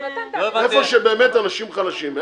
איפה שבאמת אנשים חלשים.